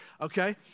Okay